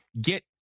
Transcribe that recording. get